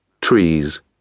trees